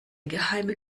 geheime